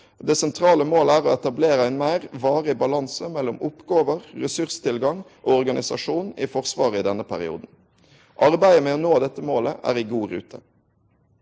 Det sentrale målet er å etablere ein meir varig balanse mellom oppgåver, ressurstilgang og organisasjon i Forsvaret i denne perioden. Arbeidet med å nå dette målet er godt i rute.